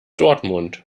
dortmund